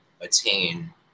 attain